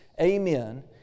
Amen